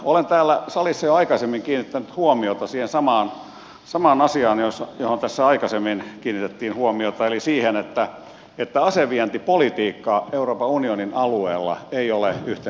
olen täällä salissa jo aikaisemmin kiinnittänyt huomiota siihen samaan asiaan johon tässä aikaisemmin kiinnitettiin huomiota eli siihen että asevientipolitiikka euroopan unionin alueella ei ole yhteneväistä